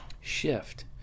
shift